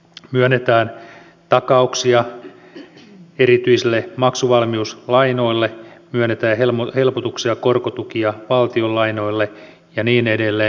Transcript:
myönnetään takauksia erityisille maksuvalmiuslainoille myönnetään helpotuksia ja korkotukia valtion lainoille ja niin edelleen